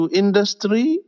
industry